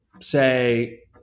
say